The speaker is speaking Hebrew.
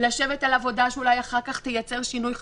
לשבת על עבודה שאולי אחר כך תייצר שינוי חקיקה,